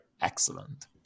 excellent